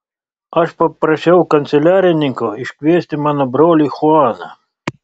aš paprašiau kanceliarininko iškviesti mano brolį chuaną